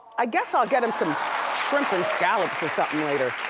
i guess i'll get em some shrimp and scallops or something later,